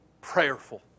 prayerful